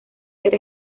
ser